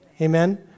Amen